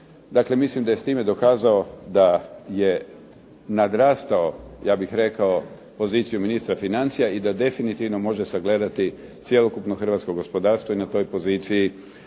Dakle, mislim da je s time dokazao da je nadrastao ja bih rekao poziciju ministra financija i da definitivno može sagledati cjelokupno hrvatsko gospodarstvo i na toj poziciji